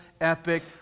epic